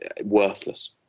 worthless